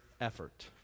effort